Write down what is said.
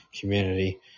community